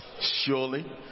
Surely